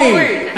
הרפורמיים.